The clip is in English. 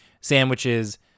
sandwiches